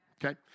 Okay